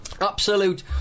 absolute